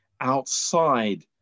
outside